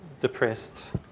depressed